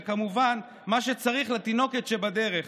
וכמובן מה שצריך לתינוקת שבדרך.